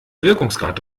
wirkungsgrad